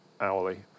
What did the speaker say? hourly